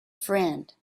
friend